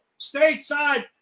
stateside